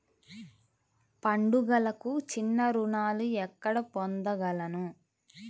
పండుగలకు చిన్న రుణాలు ఎక్కడ పొందగలను?